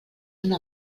una